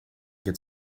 get